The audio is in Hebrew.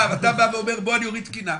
אתה בא ואומר: בוא אני אוריד תקינה.